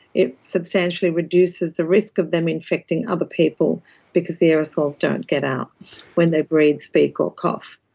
it substantially reduces the risk of them infecting other people because the aerosols don't get out when they breathe, speak or cough.